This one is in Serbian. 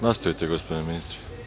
Nastavite, gospodine ministre.